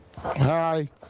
Hi